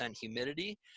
humidity